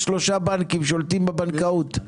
שלושה בנקים שולטים בבנקאות.